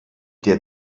der